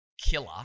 killer